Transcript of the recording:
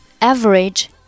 Average